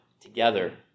together